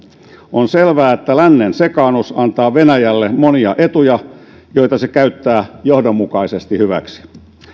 on selvää että lännen sekaannus antaa venäjälle monia etuja joita se käyttää johdonmukaisesti hyväksi